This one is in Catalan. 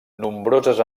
nombroses